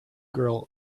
girl